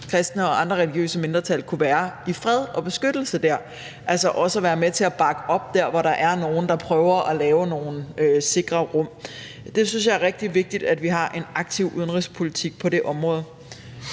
kristne og andre religiøse mindretal faktisk kunne være i fred og beskyttelse der – altså også at være med til at bakke op der, hvor der er nogen, der prøver at lave nogle sikre rum. Derfor synes jeg, at det er rigtig vigtigt, at vi har en aktiv udenrigspolitik på det område.